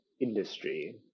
industry